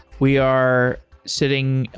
we are sitting,